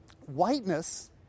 whiteness